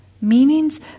meanings